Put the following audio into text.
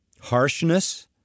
harshness